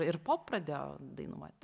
ir pop pradėjo dainuoti